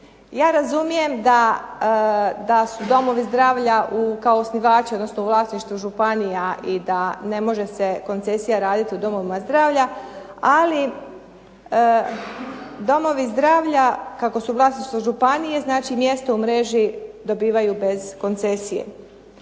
ja razumijem da su domovi zdravlja kao osnivači odnosno u vlasništvu županija i da ne može se koncesija raditi u domovima zdravlja, ali domovi zdravlja kako su vlasništvo županije znači mjesto u mreži dobivaju bez koncesije.